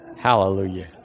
Hallelujah